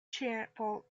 chapel